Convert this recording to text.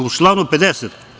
U članu 50.